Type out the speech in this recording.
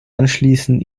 anschließend